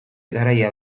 garaia